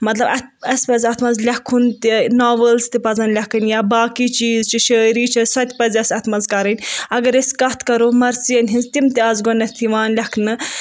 مطلب اَتھ اَسہِ پَزِ اَتھ منٛز لٮ۪کھُن تہِ ناوٕلز تہِ پَزن لٮ۪کھٕنۍ یا باقٕے چیٖز چھِ شٲعری چھِ سۄتہِ پَزِ اَسہِ اَتھ منٛز کَرٕنۍ اگر أسۍ کَتھ کَرو مَرثی یَن ہٕنز تِم تہِ آسہٕ گۄڈنٮ۪تھ یوان لٮ۪کھنہٕ